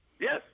Yes